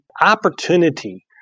opportunity